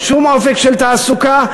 שום אופק של תעסוקה,